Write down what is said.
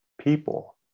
people